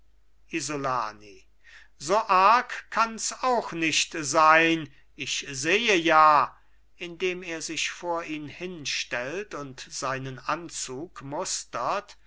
isolani so arg kanns auch nicht sein ich sehe ja indem er sich vor ihn hinstellt und seinen anzug mustert